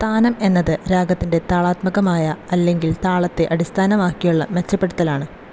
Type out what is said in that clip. താനം എന്നത് രാഗത്തിൻ്റെ താളാത്മകമായ അല്ലെങ്കിൽ താളത്തെ അടിസ്ഥാനമാക്കിയുള്ള മെച്ചപ്പെടുത്തലാണ്